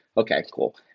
okay, cool.